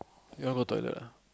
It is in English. you want go toilet ah